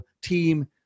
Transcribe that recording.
team